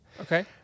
Okay